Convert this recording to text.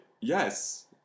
Yes